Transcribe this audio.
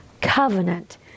covenant